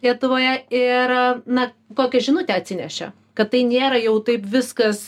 lietuvoje ir na kokią žinutę atsinešė kad tai nėra jau taip viskas